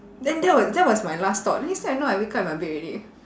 then that was that was my last thought next thing I know I wake up in my bed already